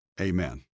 Amen